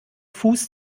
fuß